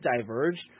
diverged